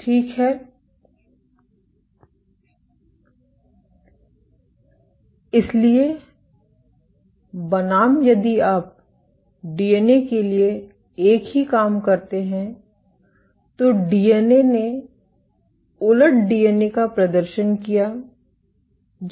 ठीक है इसलिए बनाम यदि आप डीएनए के लिए एक ही काम करते हैं तो डीएनए ने उलट डीएनए का प्रदर्शन किया